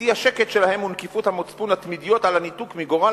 את האי-שקט שלהם ונקיפות המצפון התמידיות על הניתוק מגורל